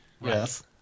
Yes